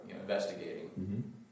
investigating